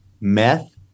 meth